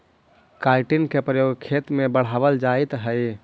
chitin के प्रयोग खेत में बढ़ावल जाइत हई